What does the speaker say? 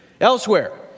elsewhere